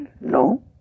No